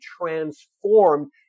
transformed